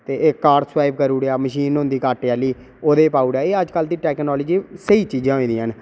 card flap करूड़ेआ machine होंदी कार्टें आह्ली ओह्दे च पाउड़े आ मतलब एह् अज्ज कल दी टैक्नालजी स्हेई चीजां होंदियां न